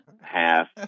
half